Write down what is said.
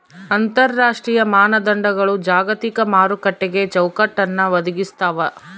ಅಂತರರಾಷ್ಟ್ರೀಯ ಮಾನದಂಡಗಳು ಜಾಗತಿಕ ಮಾರುಕಟ್ಟೆಗೆ ಚೌಕಟ್ಟನ್ನ ಒದಗಿಸ್ತಾವ